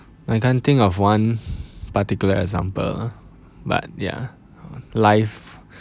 I can't think of one particular example but ya life